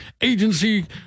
agency